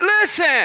Listen